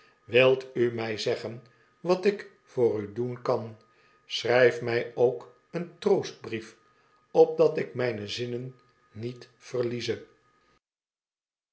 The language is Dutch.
wilt u mij zeggen wat ik voor u doen kan schrijft mij ook een troostbrief opdat ik mijne zinnen niet verlieze